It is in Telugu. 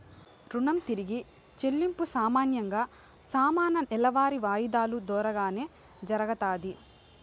రుణం తిరిగి చెల్లింపు సామాన్యంగా సమాన నెలవారీ వాయిదాలు దోరానే జరగతాది